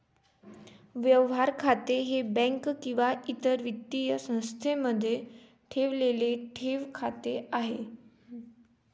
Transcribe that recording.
व्यवहार खाते हे बँक किंवा इतर वित्तीय संस्थेमध्ये ठेवलेले ठेव खाते आहे